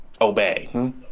obey